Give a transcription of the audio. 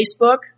Facebook